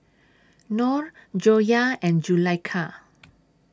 Nor Joyah and Zulaikha